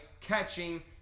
catching